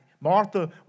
Martha